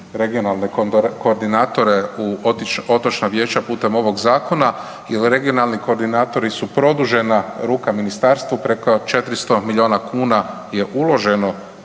regionalne koordinatore u otočna vijeća putem ovog Zakona, jer, regionalni koordinatori su produžena ruka Ministarstvu, preko 400 milijuna kuna je uloženo